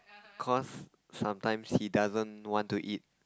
cause sometimes he doesn't want to eat